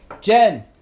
Jen